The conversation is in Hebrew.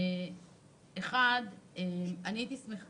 הייתי שמחה